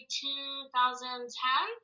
2010